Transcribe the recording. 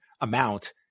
amount